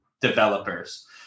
developers